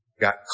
got